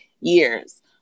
years